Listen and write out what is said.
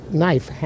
knife